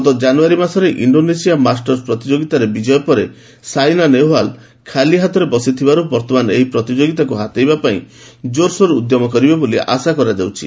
ଗତ ଜାନୁଆରୀ ମାସରେ Indonesia Masters ପ୍ରତିଯୋଗିତାରେ ବିଜୟ ପରେ ସାଇନା ନେହେଓ୍ୱାଲ୍ ଖାଲି ହାତରେ ବସିଥିବାରୁ ବର୍ତ୍ତମାନ ଏହି ପ୍ରତିଯୋଗିତାକୁ ହାତେଇବା ପାଇଁ ଜୋରସୋରରେ ଉଦ୍ୟମ କରିବେ ବୋଲି ଆଶା କରାଯାଉଛି